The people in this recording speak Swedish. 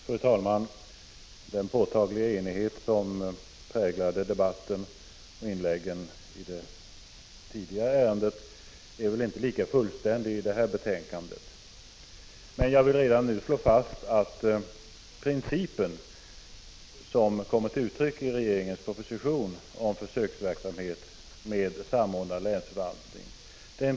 Bostadsutskottets betänkanden 3 och 8 kommer att debatteras i tur och ordning. Voteringarna äger rum i ett sammanhang efter avslutad debatt. Först upptas alltså bostadsutskottets betänkande 3 om försöksverksamhet med samordnad länsförvaltning. föregående ärende blir väl inte lika fullständig i debatten om detta betänkande. Men jag vill redan nu slå fast att vi ställer upp på den princip som kommit till uttryck i regeringens proposition om försöksverksamhet med samordnad länsförvaltning.